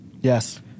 Yes